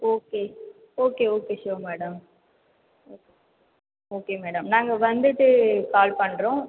okay okay okay sure madam okay madam நாங்கள் வந்துவிட்டு call பண்ணுறோம்